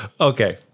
Okay